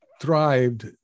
thrived